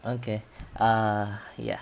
okay err ya